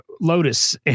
Lotus